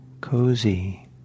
cozy